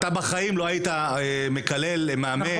אתה בחיים לא היית מקלל מאמן.